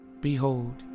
Behold